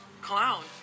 clown